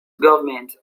government